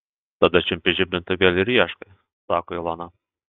tada čiumpi žibintuvėlį ir ieškai sako ilona